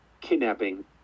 kidnapping